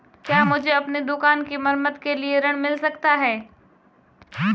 क्या मुझे अपनी दुकान की मरम्मत के लिए ऋण मिल सकता है?